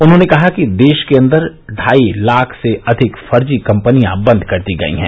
उन्होंने कहा कि देश के अन्दर ढ़ाई लाख से अधिक फर्जी कंपनियां बन्द कर दी गयी हैं